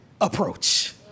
approach